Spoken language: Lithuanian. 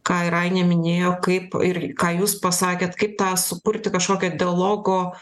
ką ir ainė minėjo kaip ir ką jūs pasakėt kaip tą sukurti kažkokią dialogo